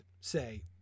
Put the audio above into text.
say